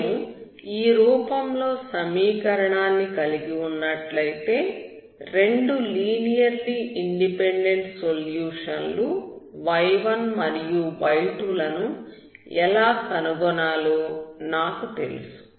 నేను ఈ రూపంలో సమీకరణాన్ని కలిగి ఉన్నట్లయితే రెండు లీనియర్లీ ఇండిపెండెంట్ సొల్యూషన్ లు y1 మరియు y2 లను ఎలా కనుగొనాలో నాకు తెలుసు